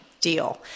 deal